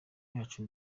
yacu